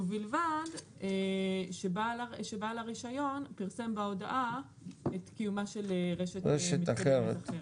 ובלבד שבעל הרישיון פרסם בהודעה את קיומה של רשת מתקדמת אחרת.